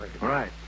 Right